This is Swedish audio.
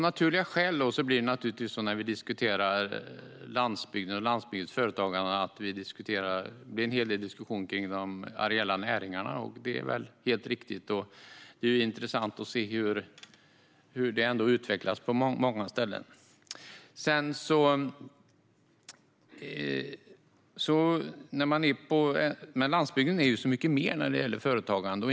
När vi diskuterar landsbygden och landsbygdens företagare blir det av naturliga skäl även en hel del diskussioner om de areella näringarna. Det är väl helt riktigt. Det är intressant hur detta utvecklas på många ställen. Landsbygden är dock mycket mer när det gäller företagande.